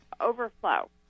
overflow